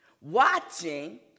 watching